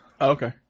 Okay